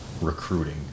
recruiting